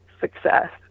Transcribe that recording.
success